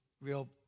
real